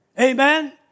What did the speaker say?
Amen